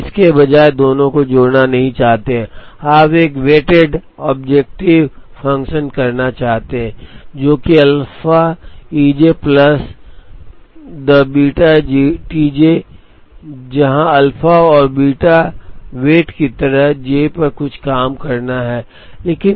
तो आप इसके बजाय दोनों को जोड़ना नहीं चाहते हैं आप एक वेटेड ऑब्जेक्टिव फंक्शन करना चाहते हैं जो कि alpha E J plus the beta T J जहाँ अल्फा और बीटा वेट हैं की तरह j पर कुछ कम करना है